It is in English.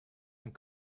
and